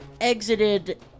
exited